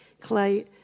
Clay